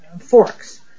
forks